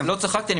לא צחקתי.